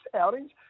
outings